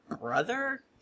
brother